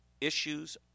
issues